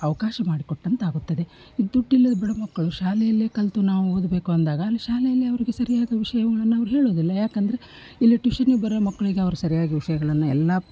ಅವಕಾಶ ಮಾಡಿಕೊಟ್ಟಂತ್ತಾಗುತ್ತದೆ ದುಡ್ಡಿಲ್ಲದ ಬಡ ಮಕ್ಕಳು ಶಾಲೆಯಲ್ಲೇ ಕಲಿತು ನಾವು ಓದಬೇಕು ಅಂದಾಗ ಅಲ್ಲಿ ಶಾಲೆಯಲ್ಲಿ ಅವರಿಗೆ ಸರಿಯಾದ ವಿಷಯಗಳನ್ನು ಅವರು ಹೇಳೋದಿಲ್ಲ ಯಾಕಂದರೆ ಇಲ್ಲಿ ಟ್ಯೂಷನ್ನಿಗೆ ಬರೋ ಮಕ್ಕಳಿಗೆ ಅವ್ರು ಸರಿಯಾಗಿ ವಿಷಯಗಳನ್ನು ಎಲ್ಲ